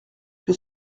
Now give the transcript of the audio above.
que